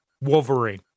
Wolverine